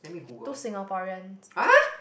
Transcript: two Singaporeans